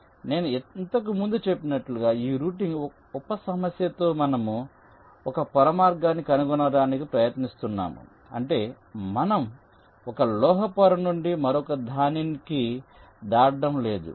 ఇప్పుడు నేను ఇంతకు ముందు చెప్పినట్లుగా ఈ రూటింగ్ ఉప సమస్యలో మనము ఒకే పొర మార్గాన్ని కనుగొనడానికి ప్రయత్నిస్తున్నాము అంటే మనం ఒక లోహ పొర నుండి మరొకదానికి దాటడం లేదు